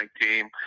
team